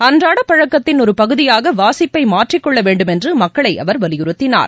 அன்றாட பழக்கத்தின் ஒரு பகுதியாக வாசிப்பை மாற்றிக்கொள்ள வேண்டும் என்று மக்களை அவர் வலியுறுத்தினார்